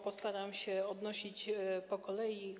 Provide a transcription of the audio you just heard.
Postaram się odnosić po kolei.